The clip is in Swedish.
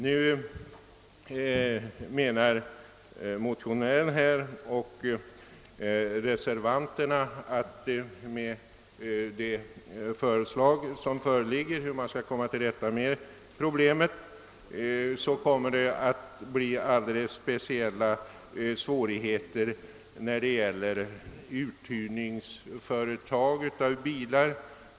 Nu anser motionären och reservanterna att det föreliggande förslaget kommer att medföra alldeles speciella svårigheter för de företag som hyr ut bilar.